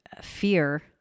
fear